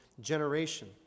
generation